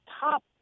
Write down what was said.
top